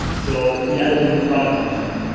so we added the new product option.